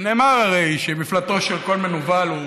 ונאמר הרי שמפלטו של כל מנוול הוא